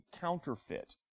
counterfeit